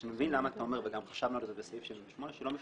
ואני מבין למה אתה אומר וגם חשבנו על זה בסעיף 78 --- רגע,